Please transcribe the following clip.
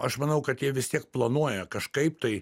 aš manau kad jie vis tiek planuoja kažkaip tai